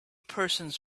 persons